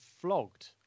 flogged